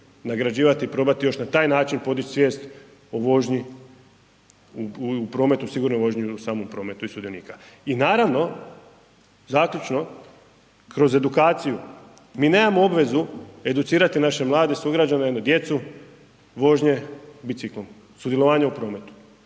nagrađivati i probati još na taj način podići svijest u vožnji u prometu u sigurnoj vožnji i samom prometu i sudionika. I naravno, zaključno, kroz edukaciju, mi nemamo obvezu educirati naše mlade sugrađane ili djecu vožnje biciklom. Sudjelovanje u prometu,